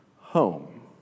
home